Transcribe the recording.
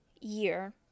year